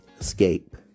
Escape